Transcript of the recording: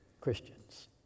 Christians